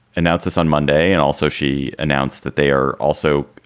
announced this on monday. and also she announced that they are also